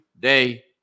day